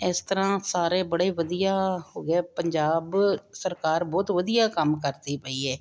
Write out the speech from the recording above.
ਇਸ ਤਰ੍ਹਾਂ ਸਾਰੇ ਬੜੇ ਵਧੀਆ ਹੋ ਗਿਆ ਪੰਜਾਬ ਸਰਕਾਰ ਬਹੁਤ ਵਧੀਆ ਕੰਮ ਕਰਦੀ ਪਈ ਹੈ